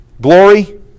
glory